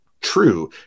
true